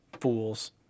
Fools